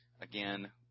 again